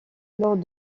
lors